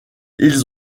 ils